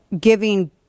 Giving